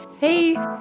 Hey